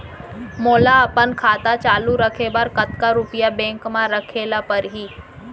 मोला अपन खाता चालू रखे बर कतका रुपिया बैंक म रखे ला परही?